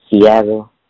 Seattle